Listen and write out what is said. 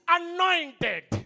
anointed